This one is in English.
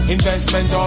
Investment